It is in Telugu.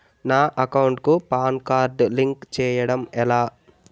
నా అకౌంట్ కు పాన్ కార్డ్ లింక్ చేయడం ఎలా?